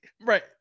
right